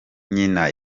nyina